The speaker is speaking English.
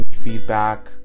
feedback